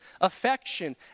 affection